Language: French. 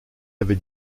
avait